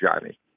Johnny